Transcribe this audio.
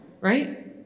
right